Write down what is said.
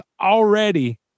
already